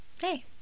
Hey